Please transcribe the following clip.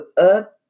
up